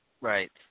Right